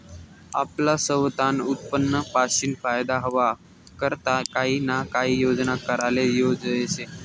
आपलं सवतानं उत्पन्न पाशीन फायदा व्हवा करता काही ना काही योजना कराले जोयजे